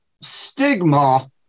stigma